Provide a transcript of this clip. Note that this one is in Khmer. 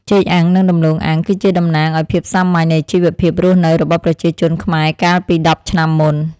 ចេកអាំងនិងដំឡូងអាំងគឺជាតំណាងឱ្យភាពសាមញ្ញនៃជីវភាពរស់នៅរបស់ប្រជាជនខ្មែរកាលពីដប់ឆ្នាំមុន។